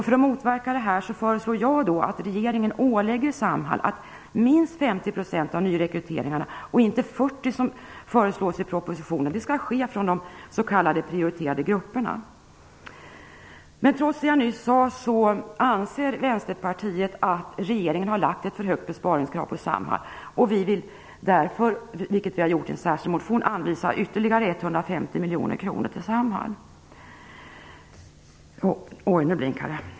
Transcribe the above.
För att motverka detta föreslår jag att regeringen ålägger Samhall att se till att minst 50 % av nyrekryteringarna, inte 40 % som föreslås i propositionen, skall ske från de s.k. prioriterade grupperna. Trots det jag nyss sade anser Vänsterpartiet att regeringen ställer ett för högt besparingskrav på Samhall. Vi vill därför, vilket vi gjort i en särskild motion, anvisa ytterligare 150 miljoner kronor till Samhall.